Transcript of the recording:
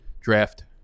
draft